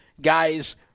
guys